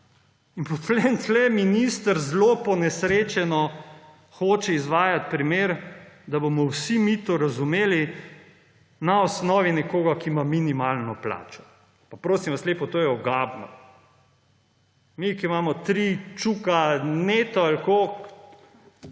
In potem hoče tukaj minister zelo ponesrečeno izvajati primer, da bomo vsi mi to razumeli, na osnovi nekoga, ki ima minimalno plačo. Pa prosim vas lepo, to je ogabno. Mi, ki imamo 3 čuke neto ali koliko